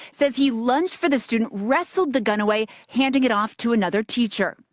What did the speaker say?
says he lunged for the student, wrestled the gun away, handing it off to another teacher.